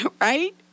Right